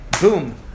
boom